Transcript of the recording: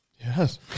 Yes